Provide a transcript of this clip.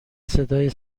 صدای